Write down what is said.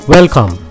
Welcome